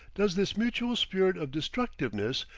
does this mutual spirit of destructiveness,